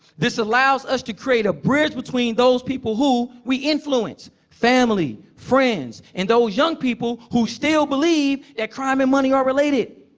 this allows us to create a bridge between those people who we influence family, friends and those young people who still believe that crime and money are related.